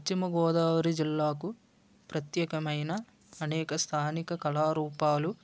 పశ్చిమగోదావరి జిల్లాకు ప్రత్యేకమైన అనేక స్థానిక కళారూపాలు